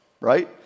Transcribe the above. right